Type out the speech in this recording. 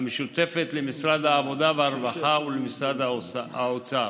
המשותפת למשרד העבודה והרווחה ולמשרד האוצר.